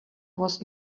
was